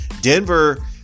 Denver